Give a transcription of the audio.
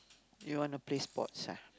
you want to play sports ah